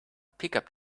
pickup